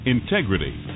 Integrity